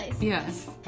Yes